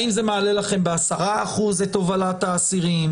האם זה מעלה לכם ב-10% את הובלת האסירים?